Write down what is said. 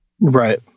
Right